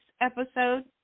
episode